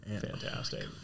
Fantastic